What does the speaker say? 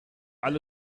alle